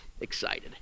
excited